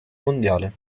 mondiale